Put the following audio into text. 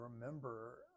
remember